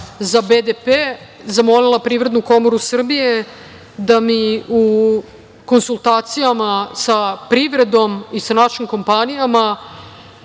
za BDP zamolila Privrednu komoru Srbije da mi u konsultacijama sa privredom i sa našim kompanijama